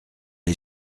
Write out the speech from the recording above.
est